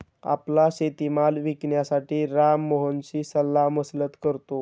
आपला शेतीमाल विकण्यासाठी राम मोहनशी सल्लामसलत करतो